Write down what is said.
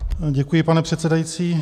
Děkuji, pane předsedající.